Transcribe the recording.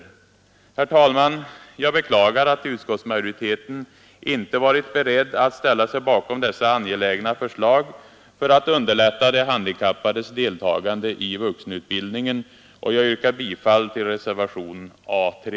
Herr talman! Jag beklagar att utskottsmajoriteten inte har varit beredd att ställa sig bakom dessa angelägna förslag för att underlätta de handikappades deltagande i vuxenutbildningen, och jag yrkar bifall till reservationen A 3.